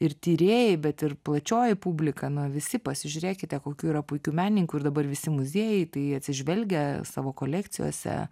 ir tyrėjai bet ir plačioji publika na visi pasižiūrėkite kokių yra puikių menininkių ir dabar visi muziejai į tai atsižvelgia savo kolekcijose